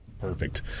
perfect